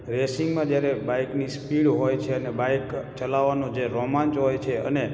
રેસિંગમાં જયારે બાઇકની સ્પીડ હોય છે ને બાઇક ચાલવવાનું જે રોમાંચ હોય છે અને